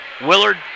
Willard